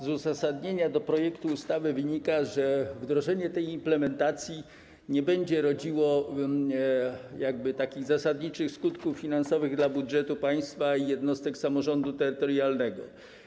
Z uzasadnienia projektu ustawy wynika, że ta implementacja nie będzie rodziła takich zasadniczych skutków finansowych dla budżetu państwa i jednostek samorządu terytorialnego.